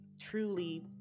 truly